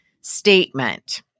statement